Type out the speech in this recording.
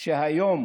שהיום